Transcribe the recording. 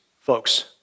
folks